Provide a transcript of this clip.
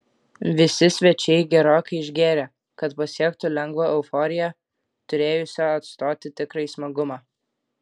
visi svečiai gerokai išgėrė kad pasiektų lengvą euforiją turėjusią atstoti tikrąjį smagumą